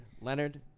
Leonard